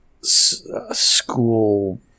school